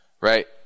right